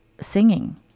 singing